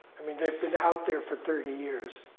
i mean, they've been out there for thirty years.